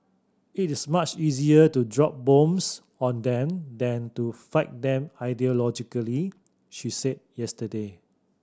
it is much easier to drop bombs on them than to fight them ideologically she said yesterday